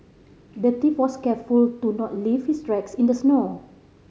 the thief was careful to not leave his tracks in the snow